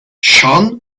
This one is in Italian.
sean